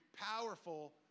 powerful